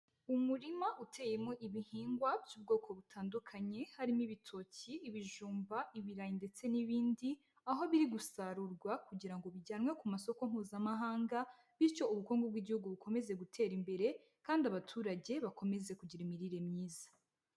Umurima uteyemo ibihingwa by'ubwoko butandukanye harimo ibitoki, ibijumba, ibirayi ndetse n'ibindi, aho biri gusarurwa kugira ngo bijyanwe ku masoko mpuzamahanga, bityo ubukungu bw'igihugu bukomeze gutera imbere kandi abaturage bakomeze kugira imirire myiza.